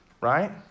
right